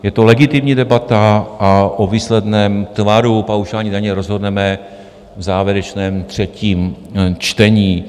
Je to legitimní debata a o výsledném tvaru paušální daně rozhodneme v závěrečném třetím čtení.